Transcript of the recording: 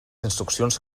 instruccions